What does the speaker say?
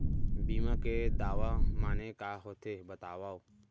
बीमा के दावा माने का होथे बतावव?